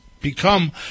become